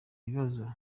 ikibazo